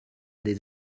des